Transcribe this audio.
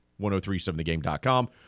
1037thegame.com